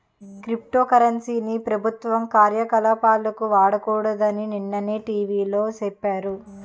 crypto currency ని ప్రభుత్వ కార్యకలాపాలకు వాడకూడదని నిన్ననే టీ.వి లో సెప్పారు